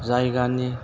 जायगानि